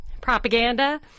propaganda